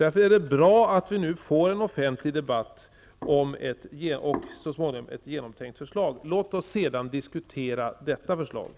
Därför är det bra att det blir en offentlig debatt och så småningom ett genomtänkt förslag. Låt oss sedan diskutera det förslaget.